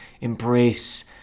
embrace